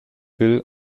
bill